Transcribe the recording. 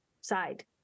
side